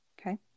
Okay